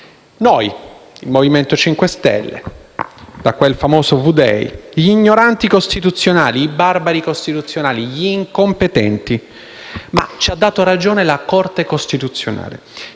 Noi, il Movimento 5 Stelle, da quel famoso V-*day*. Gli ignoranti costituzionali, i barbari costituzionali, gli incompetenti. Ma la Corte costituzionale